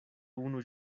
unu